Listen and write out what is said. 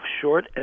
short